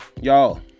y'all